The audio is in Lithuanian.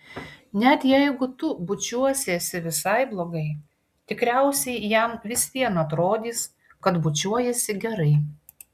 net jeigu tu bučiuosiesi visai blogai tikriausiai jam vis vien atrodys kad bučiuojiesi gerai